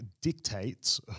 dictates